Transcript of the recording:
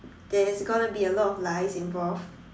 there's gonna be a lot of lies involved